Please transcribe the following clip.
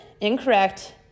incorrect